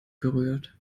berührt